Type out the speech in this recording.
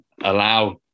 allow